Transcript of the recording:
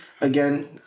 again